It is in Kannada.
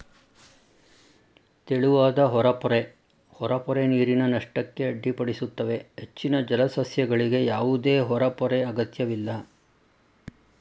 ತೆಳುವಾದ ಹೊರಪೊರೆ ಹೊರಪೊರೆ ನೀರಿನ ನಷ್ಟಕ್ಕೆ ಅಡ್ಡಿಪಡಿಸುತ್ತವೆ ಹೆಚ್ಚಿನ ಜಲಸಸ್ಯಗಳಿಗೆ ಯಾವುದೇ ಹೊರಪೊರೆ ಅಗತ್ಯವಿಲ್ಲ